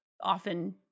Often